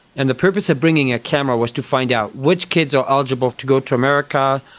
and the purpose of bringing a camera was to find out which kids are eligible to go to america,